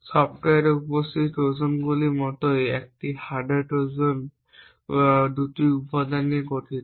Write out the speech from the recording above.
সফ্টওয়্যারে উপস্থিত ট্রোজানগুলির মতোই একটি হার্ডওয়্যার ট্রোজান দুটি উপাদান নিয়ে গঠিত